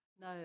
No